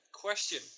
question